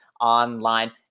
online